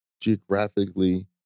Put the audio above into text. geographically